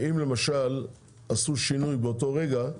ואם למשל עשו שינוי באותו רגע,